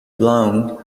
blown